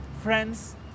Friends